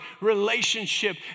relationship